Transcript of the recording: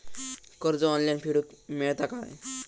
कर्ज ऑनलाइन फेडूक मेलता काय?